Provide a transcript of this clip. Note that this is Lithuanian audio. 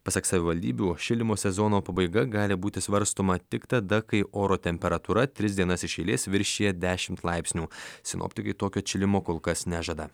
pasak savivaldybių šildymo sezono pabaiga gali būti svarstoma tik tada kai oro temperatūra tris dienas iš eilės viršija dešimt laipsnių sinoptikai tokio atšilimo kol kas nežada